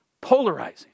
polarizing